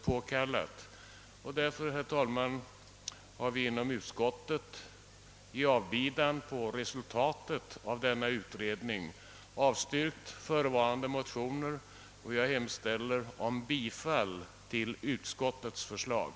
Därför, herr talman, har vi inom utskottet i avbidan på resultatet av denna utredning avstyrkt förevarande motioner. Jag hemställer om bifall till utskottets förslag.